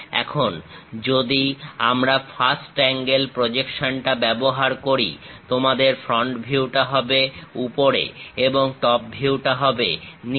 এখন যদি আমরা ফার্স্ট অ্যাঙ্গেল প্রজেকশন টা ব্যবহার করি তোমাদের ফ্রন্ট ভিউটা হবে উপরে এবং টপ ভিউটা হবে নিচে